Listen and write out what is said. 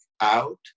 out